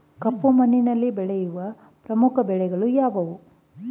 ಕಪ್ಪು ಮಣ್ಣಿನಲ್ಲಿ ಬೆಳೆಯುವ ಪ್ರಮುಖ ಬೆಳೆಗಳು ಯಾವುವು?